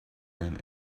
and